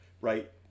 Right